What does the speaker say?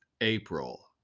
April